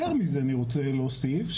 יותר מזה אני רוצה להוסיף,